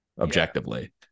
objectively